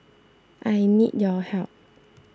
I need your help